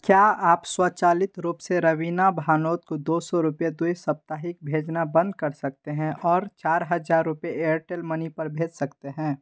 क्या आप स्वचालित रूप से रवीना भानोद को दो सौ रुपये द्वि साप्ताहिक भेजना बंद कर सकते हैं और चार हजार रुपये एयरटेल मनी पर भेज सकते हैं